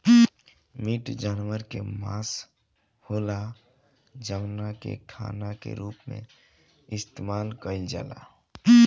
meat जानवर के मांस होला जवना के खाना के रूप में इस्तेमाल कईल जाला